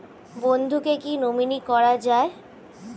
বন্ধুকে কী নমিনি করা যায়?